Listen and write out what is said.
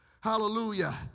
Hallelujah